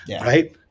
Right